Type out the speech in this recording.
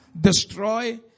destroy